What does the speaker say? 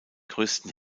größten